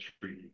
treaty